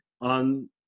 on